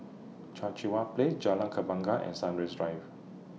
Cheang What Play Jalan Kembangan and Sunrise Drive